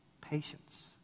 patience